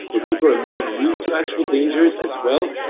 where people are more used to actual dangers as well,